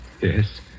Yes